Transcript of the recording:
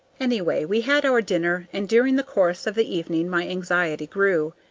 anyway, we had our dinner. and during the course of the evening my anxiety grew,